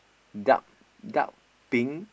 dark dark pink